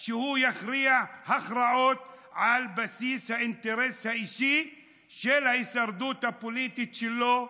שהוא יכריע הכרעות על בסיס האינטרס האישי של ההישרדות הפוליטית שלו,